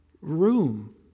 room